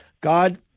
God